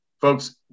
Folks